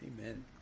Amen